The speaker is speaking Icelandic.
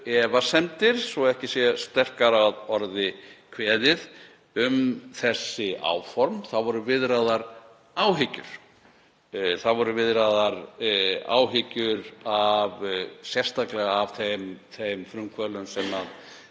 efasemdir, svo ekki sé sterkar að orði kveðið, um þessi áform. Það voru viðraðar áhyggjur. Það voru viðraðar áhyggjur sérstaklega af þeim frumkvöðlum sem